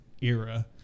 era